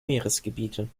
meeresgebiete